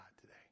today